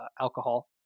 alcohol